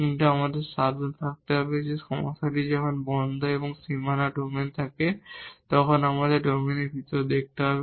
কিন্তু আমাদের সাবধান থাকতে হবে যে সমস্যাটি যখন ক্লোস এবং বাউন্ডারি ডোমেন থাকে তখন আমাদের ডোমেনের ভিতরে দেখতে হবে